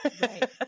Right